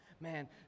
Man